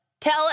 tell